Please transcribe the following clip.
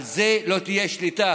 על זה לא תהיה שליטה.